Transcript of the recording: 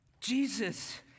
Jesus